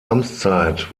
amtszeit